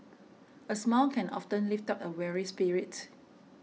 a smile can often lift up a weary spirit